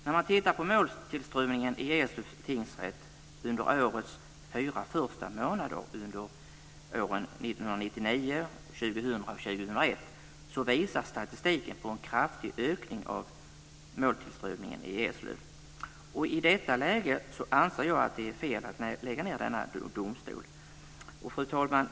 När man tittar på måltillströmningen i Eslövs tingsrätt under årets fyra första månader under åren 1999, 2000 och 2001 så visar statistiken en kraftig ökning av måltillströmningen. I detta läge anser jag att det är fel att lägga ned denna domstol. Fru talman!